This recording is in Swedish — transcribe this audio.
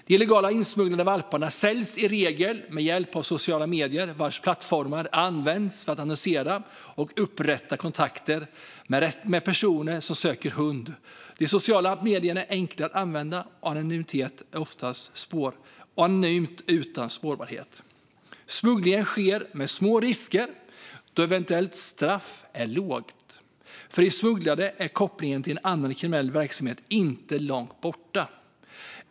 De illegalt insmugglade valparna säljs i regel med hjälp av sociala medier vars plattformar används för att annonsera och upprätta kontakt med personer som söker en hund. De sociala medierna är enkla att använda anonymt utan spårbarhet. Smugglingen sker med små risker då eventuella straff är låga. För de smugglande är kopplingar till annan kriminell verksamhet inte långt borta.